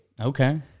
Okay